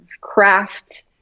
craft